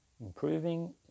improving